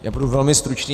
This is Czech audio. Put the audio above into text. Já budu velmi stručný.